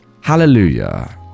Hallelujah